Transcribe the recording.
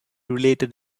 related